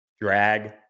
drag